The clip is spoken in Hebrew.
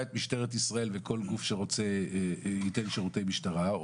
את משטרת ישראל וכל גוף שרוצה ייתן שירותי משטרה,